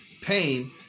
pain